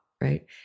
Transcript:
right